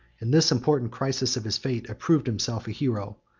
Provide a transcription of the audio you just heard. in this important crisis of his fate, approved himself a hero,